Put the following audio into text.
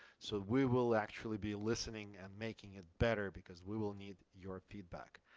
so we will actually be listening and making it better, because we will need your feedback.